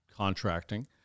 contracting